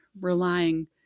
Relying